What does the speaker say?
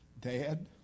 dad